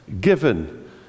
given